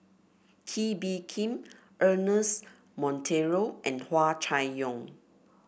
Kee Bee Khim Ernest Monteiro and Hua Chai Yong